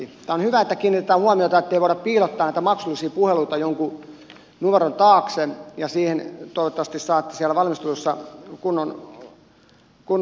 tämä on hyvä että kiinnitetään huomiota ettei voida piilottaa näitä maksullisia puheluita jonkun numeron taakse ja siihen toivottavasti saatte siellä valmistelussa kunnon kannankin